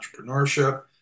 entrepreneurship